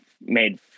made